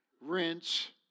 rinse